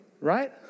Right